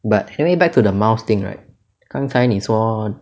but anyway back to the mouse right 刚才你说